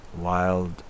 wild